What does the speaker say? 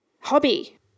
hobby